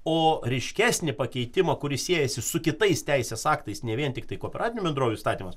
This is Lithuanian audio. o ryškesnį pakeitimą kuris siejasi su kitais teisės aktais ne vien tiktai kooperatinių bendrovių įstatymas